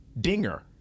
Dinger